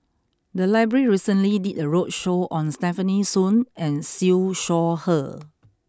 the library recently did a roadshow on Stefanie Sun and Siew Shaw Her